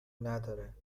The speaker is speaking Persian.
نداره